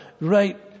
right